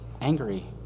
angry